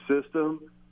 system